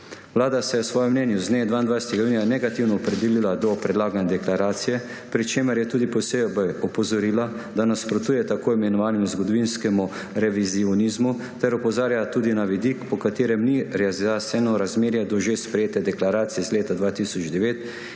Vlada se je v svojem mnenju z dne 22. junija negativno opredelila do predlagane deklaracije, pri čemer je tudi posebej opozorila, da nasprotuje tako imenovanemu zgodovinskemu revizionizmu, ter opozarja tudi na vidik, po katerem ni razjasnjeno razmerje do že sprejete deklaracije iz leta 2009, iz